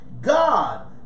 God